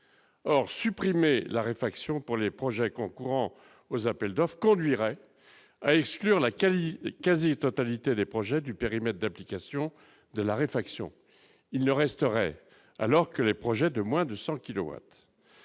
or supprimer la réflexion pour les projets concourant aux appels doivent conduirait à exclure la Cali est quasi-totalité des projets du périmètre d'application de la réflexion, il ne resterait alors que les projets de moins de 100